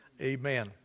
amen